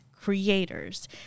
creators